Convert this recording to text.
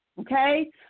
okay